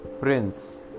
prince